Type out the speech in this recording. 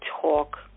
talk